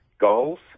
goals